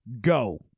go